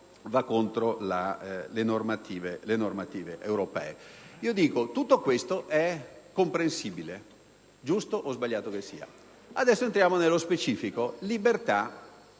va contro le normative europee. Tutto ciò è comprensibile, giusto o sbagliato che sia. Adesso entriamo nello specifico della